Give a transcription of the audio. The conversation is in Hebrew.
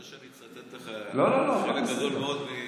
אתה רוצה שאני אצטט לך חלק גדול מאוד מתהילים?